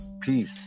peace